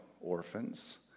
orphans